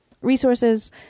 resources